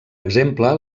exemple